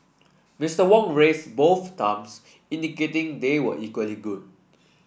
Mister Wong raised both thumbs indicating they were equally good